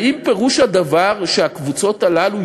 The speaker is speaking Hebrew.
האם פירוש הדבר שהקבוצות האלה,